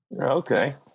Okay